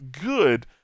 good